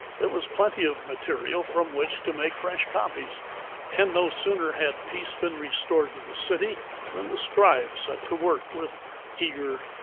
there was plenty of material from which to make fresh copies and no sooner had peace been restored to the city than the scribes set to work, with eager,